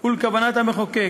ולכוונת המחוקק,